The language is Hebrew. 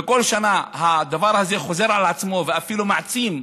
וכל שנה הדבר הזה חוזר על עצמו ואפילו מתעצם,